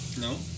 No